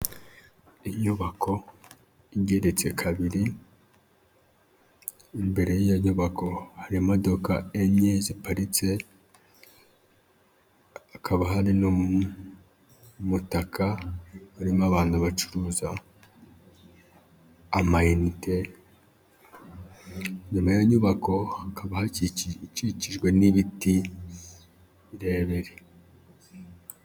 Inyubako igereritse kabiri, imbere y'iyo nyubako harimo imodoka enye ziparitse, hakaba hari n'umutaka urimo abantu bacuruza amanite. Inyuma y'iyo nyubako hakaba ikikijwe n'ibiti, ndebre!